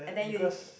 and then you